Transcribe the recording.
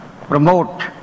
promote